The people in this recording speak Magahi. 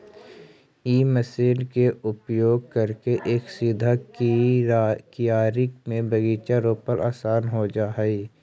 इ मशीन के उपयोग करके एक सीधा कियारी में बीचा रोपला असान हो जा हई